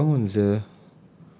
nanti tak bangun sia